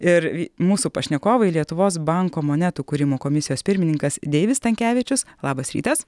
ir mūsų pašnekovai lietuvos banko monetų kūrimo komisijos pirmininkas deivis stankevičius labas rytas